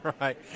right